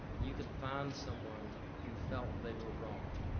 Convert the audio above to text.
you can find someone who felt they were wronged.